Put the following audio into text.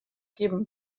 geben